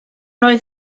oedd